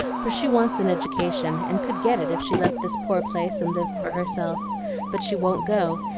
for she wants an education, and could get it if she left this poor place and lived for herself but she won't go,